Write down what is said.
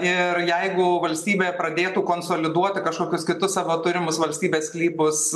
ir jeigu valstybė pradėtų konsoliduoti kažkokius kitus savo turimus valstybės sklypus